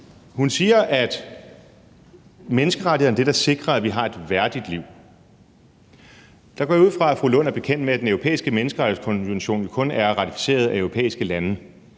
Hun siger, at menneskerettighederne er det, der sikrer, at vi har et værdigt liv. Der går jeg ud fra, at fru Rosa Lund er bekendt med, at Den Europæiske Menneskerettighedskonvention kun er ratificeret af europæiske lande.